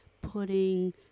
putting